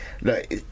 Look